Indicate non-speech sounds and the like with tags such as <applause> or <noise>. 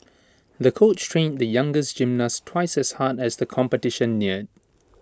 the coach trained the younger <unintelligible> gymnast twice as hard as the competition neared